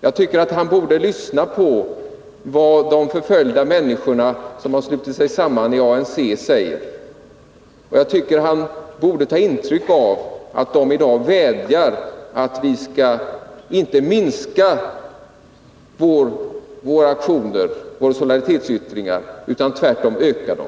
Jag tycker att Sven Johansson borde lyssna till vad de förföljda människorna, som har slutit sig samman i ANC, säger. Och jag tycker att han borde ta intryck av att de i dag vädjar om att vi inte skall minska våra solidaritetsyttringar utan tvärtom öka dem.